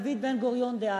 לדוד בן-גוריון אז,